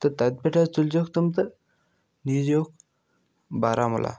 تہٕ تَتہِ پٮ۪ٹھ حظ تُلۍزِہوکھ تِم تہٕ نیٖزِیوکھ بارہمولا